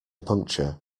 puncture